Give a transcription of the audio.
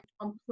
on